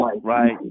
right